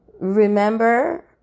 Remember